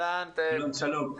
שלום לכם.